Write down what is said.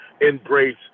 embrace